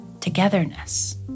togetherness